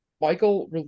Michael